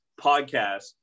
podcast